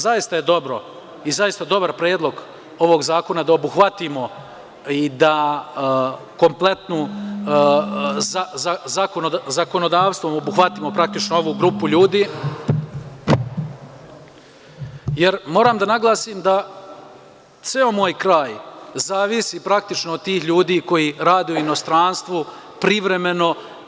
Zaista je dobro i zaista dobar predlog ovog zakona da obuhvatimo i da kompletno zakonodavstvo obuhvatimo praktično ovu grupu ljudi, jer moram da naglasim da ceo moj kraj zavisi praktično od tih ljudi koji rade u inostranstvu privremeno.